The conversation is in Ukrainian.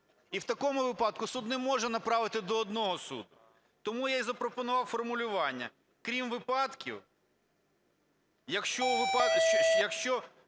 і в такому випадку суд не може направити до одного суду. Тому я і запропонував формулювання: "крім випадків, якщо